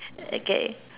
okay